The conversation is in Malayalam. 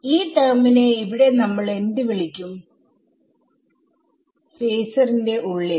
ഈ ടെർമിനെ ഇവിടെ നമ്മൾ എന്ത് വിളിക്കും ഫേസറിന്റെ ഉള്ളിൽ